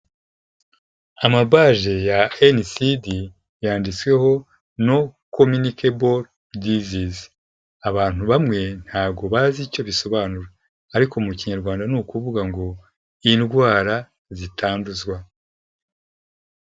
Amabaje ya NCD yanditsweho Non-Communicable Diseases. Abantu bamwe ntago bazi icyo bisobanura. Ariko mu kinyarwanda ni ukuvuga ngo:"Indwara zitanduzwa."